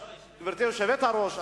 היושבת-ראש,